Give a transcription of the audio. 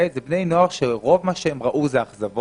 אלו בני נוער שרוב מה שהם ראו זה אכזבות.